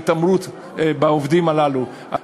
איך יכול להיות שאדם שהורשע בפלילים לא יוכל להיות נהג של שר,